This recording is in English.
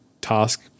task